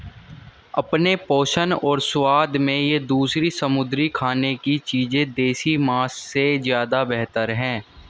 अपने पोषण और स्वाद में ये दूसरी समुद्री खाने की चीजें देसी मांस से ज्यादा बेहतर है